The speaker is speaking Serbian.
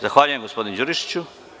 Zahvaljujem gospodine Đurišiću.